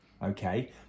Okay